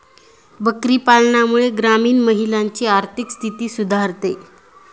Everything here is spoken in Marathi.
बकरी पालनामुळे ग्रामीण महिलांची आर्थिक स्थिती सुधारते